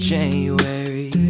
January